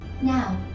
Now